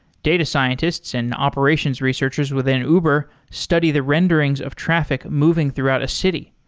data scientists and operations researchers within uber study the renderings of traffic moving throughout a city.